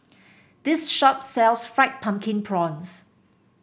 this shop sells Fried Pumpkin Prawns